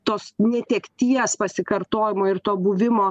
tos netekties pasikartojimo ir to buvimo